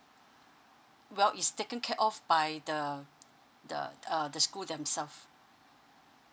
well it's taken care of by the the uh the school themselves